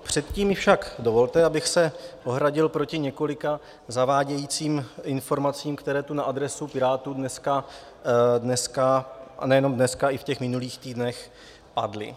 Předtím však dovolte, abych se ohradil proti několika zavádějícím informacím, které tu na adresu Pirátů dneska, a nejenom dneska, i v těch minulých týdnech, padly.